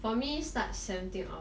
for me start seventeen august